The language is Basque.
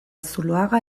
zuloaga